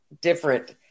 different